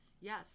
yes